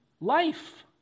life